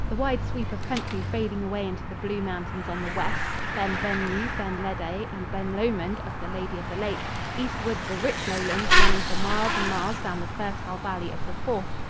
the wide sweep of country fading away into the blue mountains on the west ben venue, ben ledi and ben lomond of the lady of the lake eastward the rich lowlands, running for miles and miles down the fertile valley of the forth,